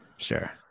Sure